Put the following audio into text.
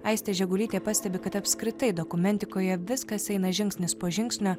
aistė žegulytė pastebi kad apskritai dokumentikoje viskas eina žingsnis po žingsnio